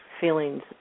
feelings